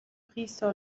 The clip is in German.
priester